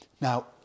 Now